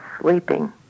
sleeping